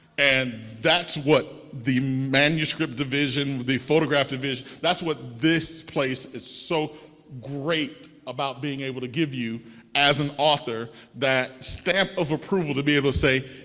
and that's what the manuscript division, the photograph division, that's what this place is so great about being able to give you as an author that stamp of approval to be able to say,